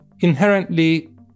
Inherently